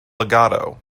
legato